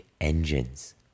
engines